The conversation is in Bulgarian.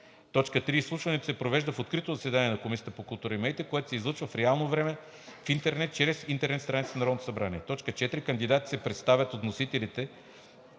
орган. 3. Изслушването се провежда в открито заседание на Комисията по културата и медиите, което се излъчва в реално време в интернет чрез интернет страницата на Народното събрание. 4. Кандидатите се представят от вносителите